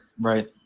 right